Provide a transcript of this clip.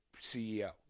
CEO